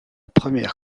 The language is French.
première